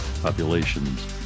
populations